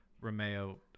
Romeo